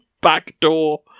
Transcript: backdoor